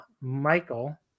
Michael